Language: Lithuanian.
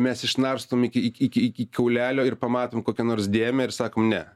mes išnarstom iki iki iki kaulelio ir pamatom kokią nors dėmę ir sakom ne